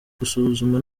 gusuzuma